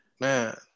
Man